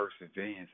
perseverance